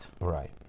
Right